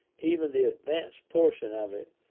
even the advanced portion of it,